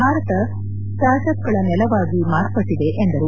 ಭಾರತ ಸ್ನಾರ್ಟ್ ಅಪ್ಗಳ ನೆಲವಾಗಿ ಮಾರ್ಪಟ್ಲದೆ ಎಂದರು